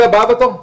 היא הבאה בתור?